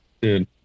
Dude